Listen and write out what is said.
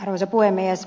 arvoisa puhemies